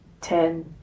ten